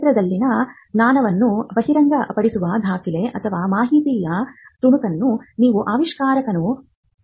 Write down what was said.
ಕ್ಷೇತ್ರದಲ್ಲಿನ ಜ್ಞಾನವನ್ನು ಬಹಿರಂಗಪಡಿಸುವ ದಾಖಲೆ ಅಥವಾ ಮಾಹಿತಿಯ ತುಣುಕನ್ನು ನೀವು ಆವಿಷ್ಕಾರಕನನ್ನು ಕೇಳಬಹುದು